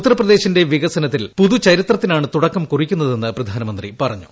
ഉത്തർപ്രദേശിന്റെ വികസനത്തിൽ പുതുചരിത്രത്തിനാണ് തുടക്കം കുറിക്കുന്നതെന്ന് പ്രധാനമന്ത്രി പറഞ്ഞു